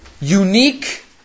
unique